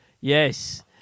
yes